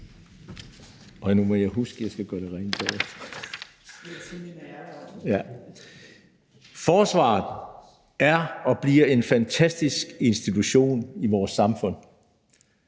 Forsvaret er og bliver en fantastisk institution i vores samfund.